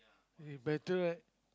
eh better right